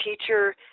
teacher